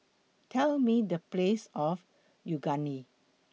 Tell Me The Place of Unagi